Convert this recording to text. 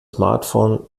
smartphone